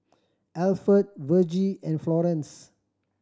Alford Vergie and Florence